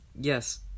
Yes